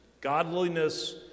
Godliness